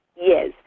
Yes